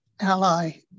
Ally